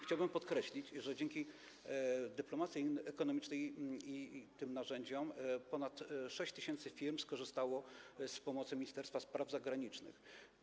Chciałbym podkreślić, że dzięki dyplomacji ekonomicznej i tym narzędziom ponad 6 tys. firm skorzystało z pomocy Ministerstwa Spraw Zagranicznych.